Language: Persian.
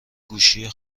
گوشی